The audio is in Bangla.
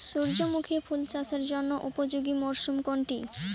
সূর্যমুখী ফুল চাষের জন্য উপযোগী মরসুম কোনটি?